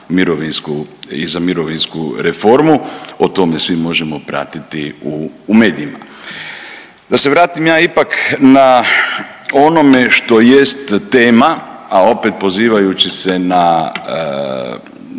za mirovinsku reformu. O tome svi možemo pratiti u medijima. Da se vratim ja ipak na onome što jest tema, a opet pozivajući se na